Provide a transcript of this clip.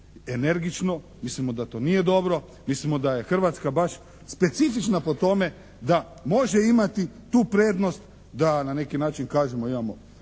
energično, mislimo da to nije dobro. Mislimo da je Hrvatska baš specifična po tome da može imati tu prednost da na neki način kažemo